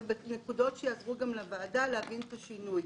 אבל אני אגיד נקודות שיעזרו לוועדה להבין את השינוי.